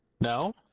No